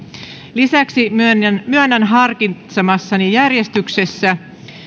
lisäksi myönnän myönnän harkitsemassani järjestyksessä